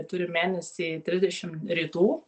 turim mėnesy trisdešimt rytų